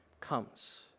comes